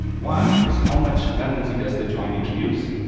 one is how much redundancy does the join introduce.